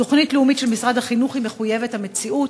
תוכנית לאומית של משרד החינוך היא מחויבת המציאות.